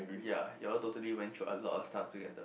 ya you all totally went through a lot of stuff together